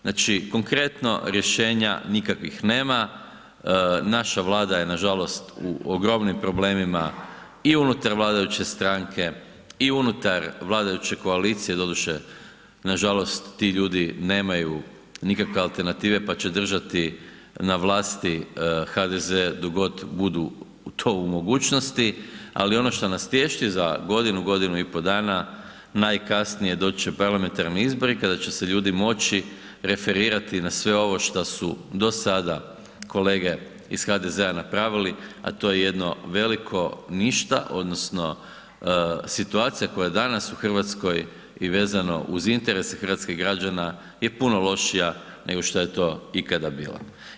Znači, konkretno, rješenja nikakvih nema, naša Vlada je nažalost u ogromnim problemima i unutar vladajuće stranke i unutar vladajuće koalicije, doduše, nažalost, ti ljudi nemaju nikakve alternative, pa će držati na vlasti HDZ dok god budu to u mogućnosti, ali ono što nas tješi, za godinu, godinu i po dana, najkasnije doći će parlamentarni izbori kada će se ljudi moći referirati na sve ovo šta su do sada kolege iz HDZ-a napravili, a to je jedno veliko ništa odnosno situacija koja je danas u RH i vezano uz interese hrvatskih građana, je puno lošija, nego što je to ikada bila.